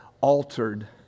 altered